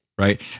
right